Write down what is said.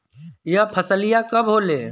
यह फसलिया कब होले?